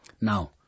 Now